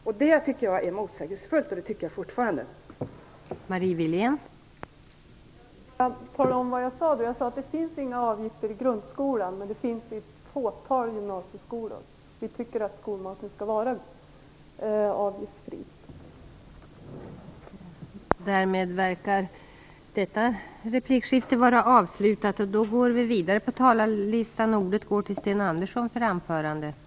Jag tycker fortfarande att det är motsägelsefullt.